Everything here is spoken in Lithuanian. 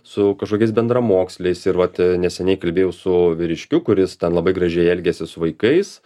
su kažkokiais bendramoksliais ir vat neseniai kalbėjau su vyriškiu kuris ten labai gražiai elgėsi su vaikais